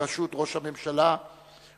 בראשות ראש הממשלה ובהשתתפות